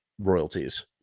royalties